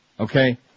Okay